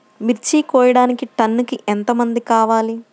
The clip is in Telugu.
మిర్చి కోయడానికి టన్నుకి ఎంత మంది కావాలి?